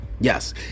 Yes